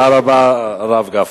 תודה רבה לך, הרב גפני.